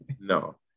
no